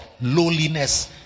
lowliness